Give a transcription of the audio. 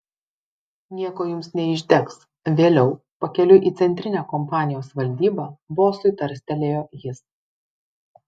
nieko jums neišdegs vėliau pakeliui į centrinę kompanijos valdybą bosui tarstelėjo jis